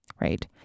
right